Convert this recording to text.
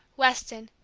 weston,